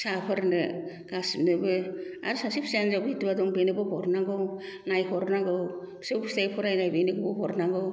फिसाफोरनो गासिनोबो आरो सासे फिसा हिनजाव बिदुवा दं बेनोबो हरनांगौ नायहरनांगौ फिसौ फिथाय फरायनाय बेनोबो हरनांगौ